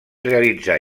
realitzar